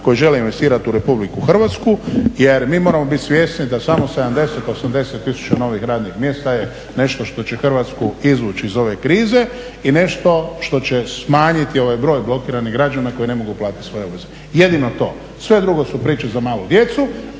koji žele investirat u Republiku Hrvatsku jer mi moramo bit svjesni da samo 70, 80 tisuća novih radnih mjesta je nešto što će Hrvatsku izvući iz ove krize i nešto što će smanjiti ovaj broj blokiranih građana koji ne mogu platit svoje obveze. Jedino to, sve drugo su priče za malu djecu,